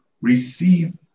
receive